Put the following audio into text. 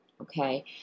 Okay